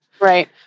Right